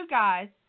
guys